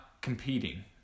competing